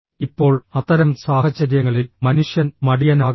ഇപ്പോൾ അത്തരം സാഹചര്യങ്ങളിൽ മനുഷ്യൻ മടിയനാകുന്നു